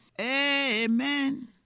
Amen